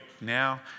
now